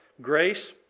Grace